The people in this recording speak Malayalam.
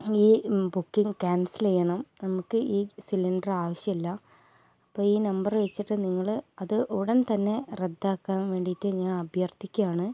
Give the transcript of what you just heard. ഈ ബുക്കിംഗ് ക്യാൻസൽ ചെയ്യണം നമുക്ക് ഈ സിലിണ്ടറ് ആവശ്യമില്ല അപ്പം ഈ നമ്പറ് വച്ചിട്ട് നിങ്ങൾ അത് ഉടൻ തന്നെ റദ്ദാക്കാൻ വേണ്ടിയിട്ട് ഞാൻ അഭ്യർത്ഥിക്കുകയാണ്